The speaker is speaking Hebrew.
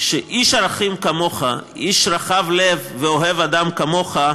שאיש ערכים כמוך, איש רחב לב ואוהב אדם כמוך,